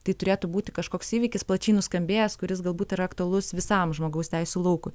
tai turėtų būti kažkoks įvykis plačiai nuskambėjęs kuris galbūt yra aktualus visam žmogaus teisių laukui